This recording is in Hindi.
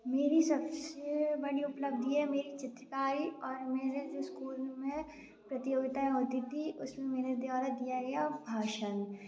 मेरी सबसे बड़ी उपलब्धि है मेरी चित्रकारी और मेरे स्कूल में प्रतियोगिताएं होती थीं उसमें मेरे द्वारा दिया गया भाषण